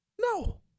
No